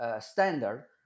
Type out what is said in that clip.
standard